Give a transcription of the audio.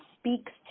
speaks